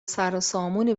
سروسامونی